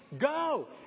go